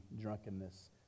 drunkenness